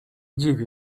dziwię